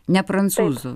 ne prancūzų